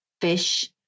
fish